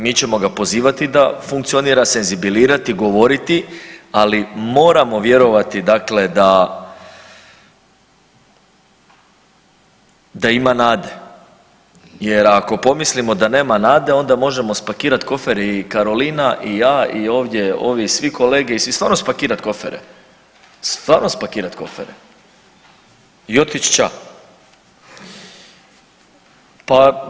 Mi ćemo ga pozivati da funkcionira, senzibilizirati, govoriti, ali moramo vjerovati da ima nade jer ako pomislimo da nema nade onda možemo spakirati kofere i Karolina i ja i ovdje ovi svi kolege i svi stvarno spakirat kofere, stvarno spakirat kofere i otić ća.